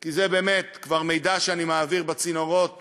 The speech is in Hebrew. כי זה באמת כבר מידע שאני מעביר בצינורות